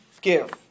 give